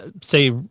say